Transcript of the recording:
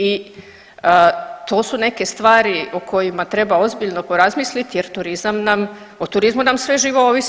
I to su neke stvari o kojima treba ozbiljno porazmisliti, jer turizam nam, o turizmu nam sve živo ovisi.